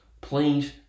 Please